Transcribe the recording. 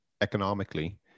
economically